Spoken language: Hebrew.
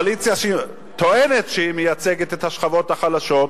שטוענת שהיא מייצגת את השכבות החלשות: